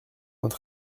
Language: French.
vingt